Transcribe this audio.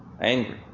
Angry